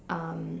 um